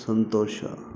ಸಂತೋಷ